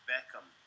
Beckham